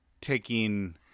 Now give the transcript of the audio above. taking